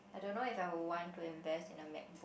I don't know if I would want to invest in a MacBook